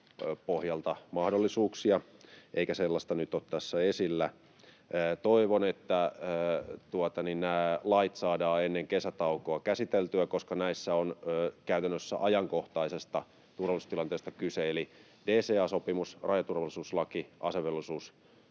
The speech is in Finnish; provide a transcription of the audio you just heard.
pohjalta mahdollisuuksia, eikä sellaista nyt ole tässä esillä. Toivon, että nämä lait saadaan ennen kesätaukoa käsiteltyä, koska näissä on käytännössä ajankohtaisesta turvallisuustilanteesta kyse, eli että DCA-sopimus, rajaturvallisuuslaki, asevelvollisuuslain